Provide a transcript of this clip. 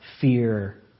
Fear